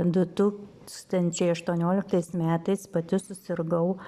du tūkstančiai aštuonioliktais metais pati susirgau